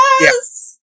Yes